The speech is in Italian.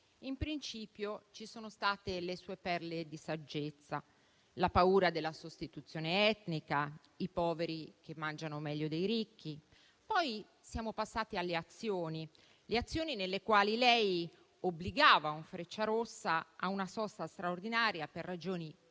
in principio ci sono state le sue perle di saggezza: la paura della sostituzione etnica, i poveri che mangiano meglio dei ricchi. Poi siamo passati alle azioni, azioni con le quali lei obbligava un treno Frecciarossa a una sosta straordinaria per ragioni